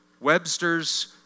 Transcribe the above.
Webster's